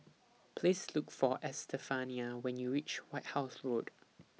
Please Look For Estefania when YOU REACH White House Road